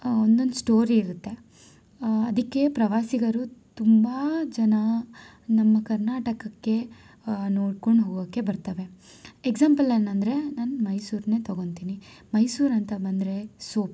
ಒಂದೊಂದು ಸ್ಟೋರಿ ಇರತ್ತೆ ಅದಕ್ಕೆ ಪ್ರವಾಸಿಗರು ತುಂಬ ಜನ ನಮ್ಮ ಕರ್ನಾಟಕಕ್ಕೆ ನೋಡ್ಕೊಂಡು ಹೋಗೋಕ್ಕೆ ಬರ್ತವೆ ಎಕ್ಸಾಂಪಲ್ ಏನ್ ಅಂದರೆ ನಾನು ಮೈಸೂರನ್ನೇ ತೊಗೊತೀನಿ ಮೈಸೂರು ಅಂತ ಬಂದರೆ ಸೋಪ್